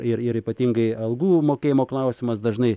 ir ir ypatingai algų mokėjimo klausimas dažnai